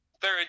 Third